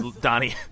Donnie